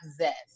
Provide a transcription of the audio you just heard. zest